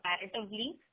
comparatively